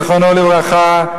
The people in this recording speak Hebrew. זיכרונו לברכה,